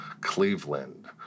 Cleveland